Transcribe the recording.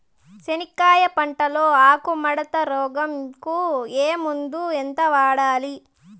చెనక్కాయ పంట లో ఆకు ముడత రోగం కు ఏ మందు ఎంత వాడాలి?